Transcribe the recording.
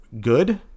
good